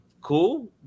cool